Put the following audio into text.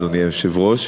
אדוני היושב-ראש,